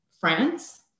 France